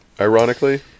ironically